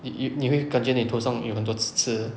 you you 你会感觉你头上有很多刺刺